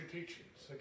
teachings